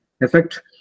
effect